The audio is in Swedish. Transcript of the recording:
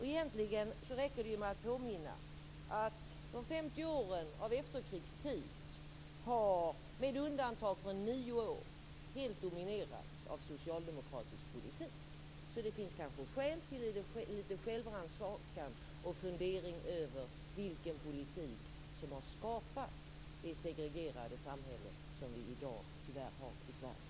Egentligen räcker det med att påminna om att de 50 åren av efterkrigstid har - med undantag av nio år - helt dominerats av socialdemokratisk politik. Så det finns kanske skäl till lite självrannsakan och fundering över vilken politik som har skapat det segregerade samhälle som vi i dag tyvärr har i Sverige.